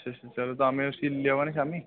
अच्छा अच्छा चलो तां मैं उसी लेई अमां नी शामी